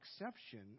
exception